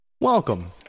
Welcome